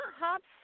Hops